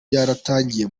yaratangiye